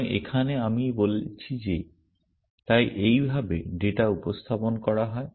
সুতরাং এখানে আমি বলছি যে তাই এইভাবে ডেটা উপস্থাপন করা হয়